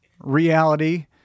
reality